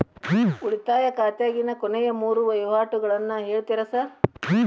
ಉಳಿತಾಯ ಖಾತ್ಯಾಗಿನ ಕೊನೆಯ ಮೂರು ವಹಿವಾಟುಗಳನ್ನ ಹೇಳ್ತೇರ ಸಾರ್?